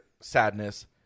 sadness